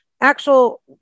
actual